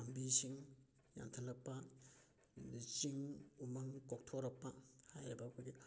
ꯄꯥꯝꯕꯤꯁꯤꯡ ꯌꯥꯟꯊꯠꯂꯛꯄ ꯑꯗꯩ ꯆꯤꯡ ꯎꯃꯪ ꯀꯣꯛꯊꯣꯔꯛꯄ ꯍꯥꯏꯔꯤꯕ ꯑꯩꯈꯣꯏꯒꯤ